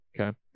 okay